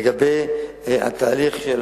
לגבי התהליך של